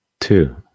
two